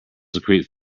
secrete